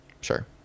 Sure